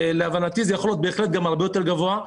להבנתי יכול להיות הרבה יותר גבוה.